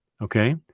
Okay